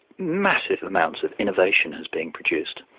massive amounts of innovation is being produced.